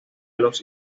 los